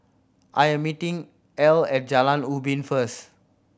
I am meeting Ell at Jalan Ubin first